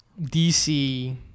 DC